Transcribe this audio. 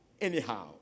anyhow